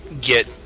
get